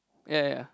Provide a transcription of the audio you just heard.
ya ya ya